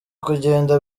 kugenda